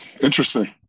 interesting